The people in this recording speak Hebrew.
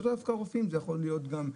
זה יכול להיות גם,